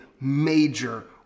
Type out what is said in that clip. major